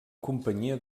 companyia